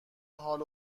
حال